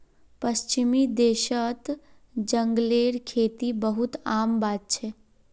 पश्चिमी देशत जंगलेर खेती बहुत आम बात छेक